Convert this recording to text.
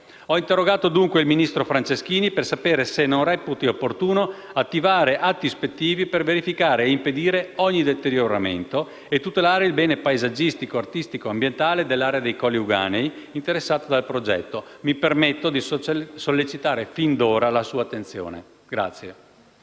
Ho interrogato dunque il ministro Franceschini per sapere se non reputi opportuno attivare atti ispettivi per verificare e impedire ogni deterioramento e tutelare il bene paesaggistico, artistico e ambientale dell'area dei Colli Euganei interessata dal progetto. Mi permetto di sollecitare fin d'ora la sua attenzione